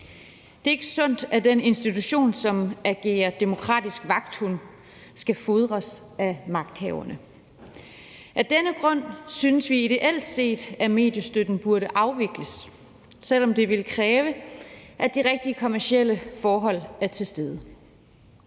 Det er ikke sundt, at den institution, som agerer demokratisk vagthund, skal fodres af magthaverne. Af denne grund synes vi, at mediestøtten ideelt set burde afvikles, selv om det vil kræve, at de rigtige kommercielle forhold er til stede.